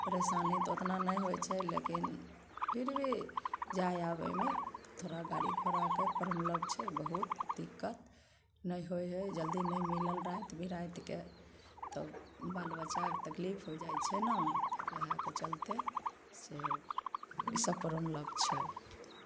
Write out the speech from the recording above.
परेशानी तऽ ओतना नहि होइत छै लेकिन फिर भी जाए आबएमे थोड़ा गाड़ी घोड़ाके प्रॉब्लम छै बहुत दिक्कत नहि होइ है जल्दी नहि मिलल राति बिरातिके तब बाल बच्चाके तकलीफ हो जाइत छै ने ओहएके चलते से ईसब प्रॉब्लम छै